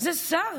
זה שר?